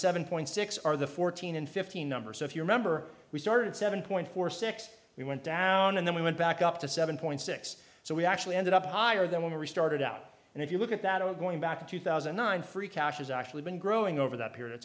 seven point six are the fourteen and fifteen number so if you remember we started seven point four six we went down and then we went back up to seven point six so we actually ended up higher than when we started out and if you look at that it going back to two thousand and nine free cash has actually been growing over that period of